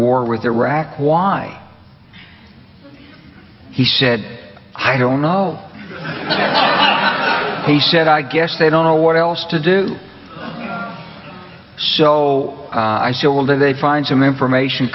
war with iraq why he said i don't know he said i guess they don't know what else to do so i still did they find some information